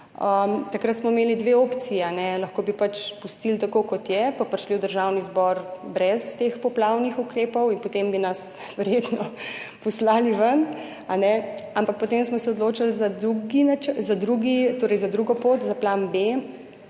Takrat smo imeli dve opciji. Lahko bi pač pustili tako, kot je, in prišli v Državni zbor brez teh poplavnih ukrepov in potem bi nas verjetno poslali ven, ampak potem smo se odločili za drugi načrt,